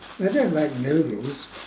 I don't like noodles